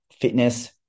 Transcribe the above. fitness